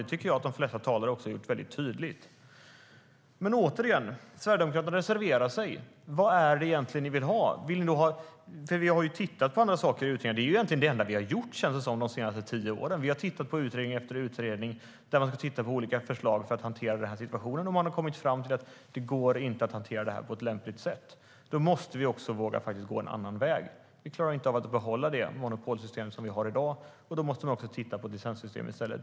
Det tycker jag också att de flesta talare har gjort tydligt. Vi måste faktiskt våga gå en annan väg. Vi klarar inte av att behålla det monopolsystem som vi har i dag. Då måste vi titta på licenssystem i stället.